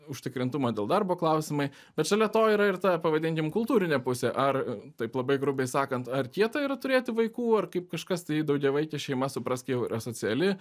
užtikrintumo dėl darbo klausimai bet šalia to yra ir ta pavadinkim kultūrinė pusė ar taip labai grubiai sakant ar kieta yra turėti vaikų ar kaip kažkas tai daugiavaikė šeima suprask jau yra asociali